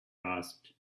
asked